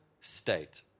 state